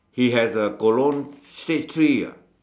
he has a colon stage three ah